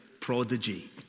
prodigy